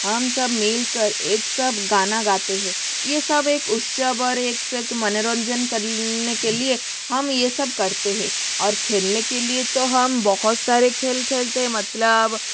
हम सब मिलकर एक साथ गाना गाते है ये सब एक और एक साथ मनोरंजन करने के लिए हम ये सब करते है और खेलने के लिए तो हम बहुत सारे खेल खेलते है मतलब